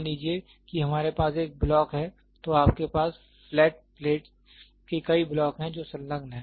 मान लीजिए कि हमारे पास एक ब्लॉक है तो आपके पास फ्लैट प्लेटों के कई ब्लॉक हैं जो संलग्न हैं